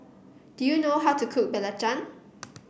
do you know how to cook Belacan